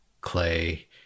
Clay